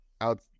Out